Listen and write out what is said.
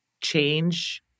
change